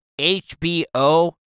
HBO